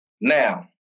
Now